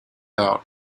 out